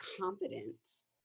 confidence